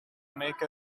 make